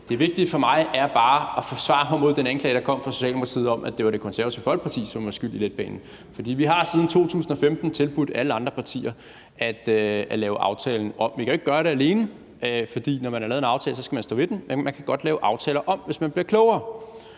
Det vigtige for mig er bare at forsvare mig mod den anklage, der kom fra Socialdemokratiet om, at det var Det Konservative Folkeparti, der var skyld i letbanen, for vi har siden 2015 tilbudt alle de andre partier at lave aftalen om. Vi kan jo ikke gøre det alene, for når man har lavet en aftale, skal man stå ved den. Men man kan godt lave aftaler om, hvis man bliver klogere,